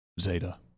Zeta